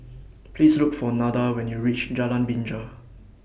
Please Look For Nada when YOU REACH Jalan Binja